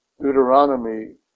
Deuteronomy